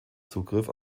zugriff